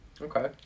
Okay